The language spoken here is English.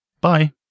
Bye